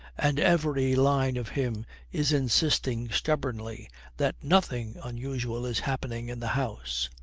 and every line of him is insisting stubbornly that nothing unusual is happening in the house.